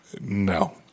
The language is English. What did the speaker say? no